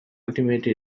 ultimate